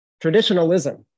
Traditionalism